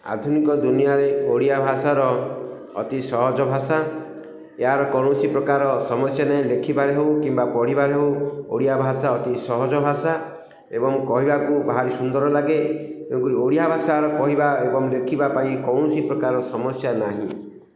ଆଧୁନିକ ଦୁନିଆରେ ଓଡ଼ିଆ ଭାଷାର ଅତି ସହଜ ଭାଷା ଏହାର କୌଣସି ପ୍ରକାର ସମସ୍ୟା ନାହିଁ ଲେଖିବାରେ ହଉ କିମ୍ବା ପଢ଼ିବାରେ ହଉ ଓଡ଼ିଆ ଭାଷା ଅତି ସହଜ ଭାଷା ଏବଂ କହିବାକୁ ଭାରି ସୁନ୍ଦର ଲାଗେ ତେଣୁକରି ଓଡ଼ିଆ ଭାଷାର କହିବା ଏବଂ ଲେଖିବା ପାଇଁ କୌଣସି ପ୍ରକାର ସମସ୍ୟା ନାହିଁ